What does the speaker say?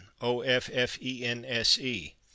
O-F-F-E-N-S-E